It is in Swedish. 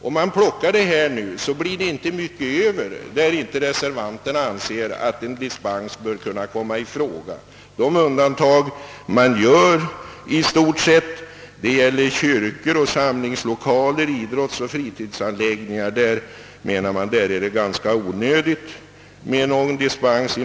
Om man plockar ut alla dessa projekt, blir det inte så många över, där inte reservanterna anser att dispens skall kunna komma i fråga. De undantag man i stort sett gör gäller kyrkor, samlingslokaler, idrottsoch fritidsanläggningar. För dessa menar man att det är onödigt med dispens.